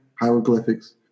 hieroglyphics